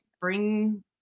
bring